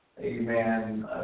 Amen